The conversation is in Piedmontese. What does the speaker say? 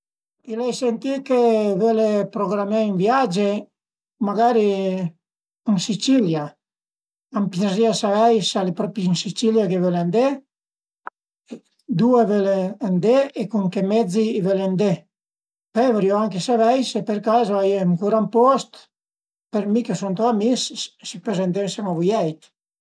D'istà mentre andazìu ën muntagna, i eru gia sü a circa düimila meter forsi anche d'pi, l'avìu ün grupèt dë persun-e sent meter davanti a mi e a ün certo punto l'uma vist d'üzei gros, gros ch'a sun ausase e a giravu ën sima a cule persun-e li, pöi pa pi vistie, cuandi nui suma arivà li l'uma truvasie zura nosta testa, al era dë grifun ch'a cuntrulavu ëndua andazìu